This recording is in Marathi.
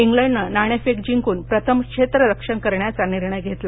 इंग्लंडनं नाणफेक जिंकून प्रथम क्षेत्ररक्षण करण्याचा निर्णय घेतला